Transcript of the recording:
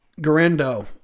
Garendo